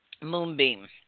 Moonbeam